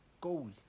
goal